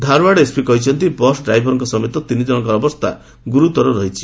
Dharwad SP କହିଛନ୍ତି bus driver ସମେତ ତିନିକ୍ଷଣଙ୍କ ଅବସ୍ଥା ଗୁରୁତର ରହିଛି